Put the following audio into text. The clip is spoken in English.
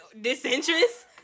Disinterest